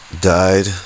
died